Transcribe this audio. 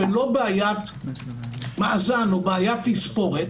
ולא בעיית מאזן או בעיית תספורת,